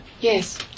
yes